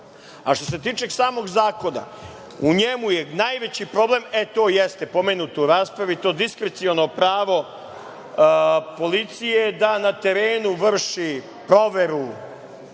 se tiče samog zakona, u njemu je najveći problem, e, to jeste pomenuto u raspravi, to diskreciono pravo policije da na terenu vrši proveru